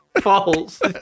False